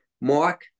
Mark